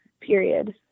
period